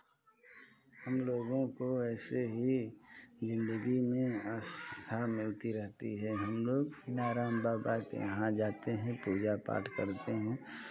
हम लोगों को ऐसे ही ज़िंदगी में आस्था मिलती रहेती है हम लोग किनाराम बाबा के यहाँ जाते हैं पूजा पाठ करते हैं